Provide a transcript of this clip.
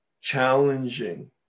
challenging